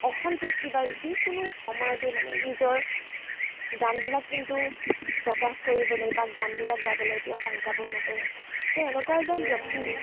অসন্তুষ্টি বা যিকোনো সময়তে মানে নিজৰ গানবিলাক কিপ্ৰকাশ কৰিবলৈ বা গানবিলাক গাবলৈ তেওঁ শংকাবোধ নকৰে তেওঁ এনেকুৱা এজন ব্যক্তি